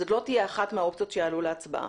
זו לא תהיה אחת מהאופציות שיעלו להצבעה.